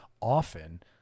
often